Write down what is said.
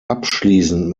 abschließend